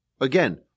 Again